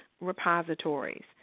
repositories